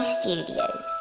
Studios